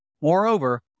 Moreover